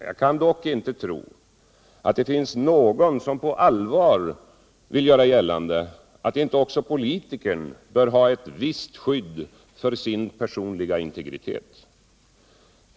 Jag kan dock inte tro att det finns någon som på allvar vill göra gällande att inte också politikern bör ha ett visst skydd för sin personliga integritet.